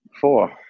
four